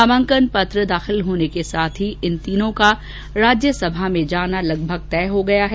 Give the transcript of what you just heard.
नामांकन दाखिले होने के साथ ही इन तीनों का राज्यसंभा में जाना लगभग तय हो गया है